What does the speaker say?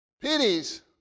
pities